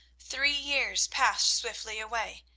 three years passed swiftly away,